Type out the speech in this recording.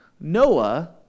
Noah